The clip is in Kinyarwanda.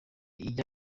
ijya